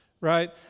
Right